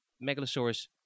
megalosaurus